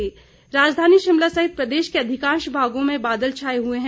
मौसम राजधानी शिमला सहित प्रदेश के अधिकांश भागों में बादल छाए हुए हैं